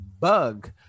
bug